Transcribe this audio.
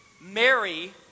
Mary